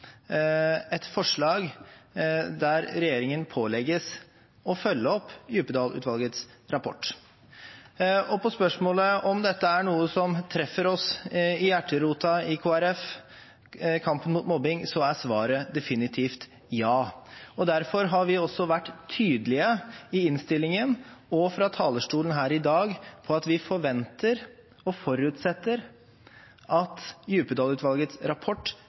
et forslag der regjeringen pålegges å følge opp Djupedal-utvalgets rapport. På spørsmålet om kampen mot mobbing er noe som treffer oss i hjerterota i Kristelig Folkeparti, så er svaret definitivt ja! Derfor har vi også vært tydelige i innstillingen – og fra talerstolen her i dag – på at vi forventer, og forutsetter, at Djupedal-utvalgets rapport